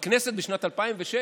בכנסת, בשנת 2006,